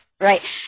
Right